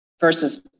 versus